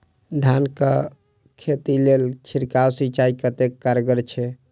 धान कऽ खेती लेल छिड़काव सिंचाई कतेक कारगर छै?